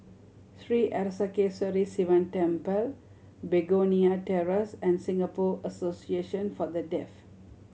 Sri Arasakesari Sivan Temple Begonia Terrace and Singapore Association For The Deaf